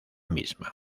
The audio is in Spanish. misma